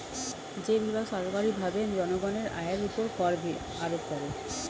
যে বিভাগ সরকারীভাবে জনগণের আয়ের উপর কর আরোপ করে